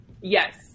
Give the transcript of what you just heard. Yes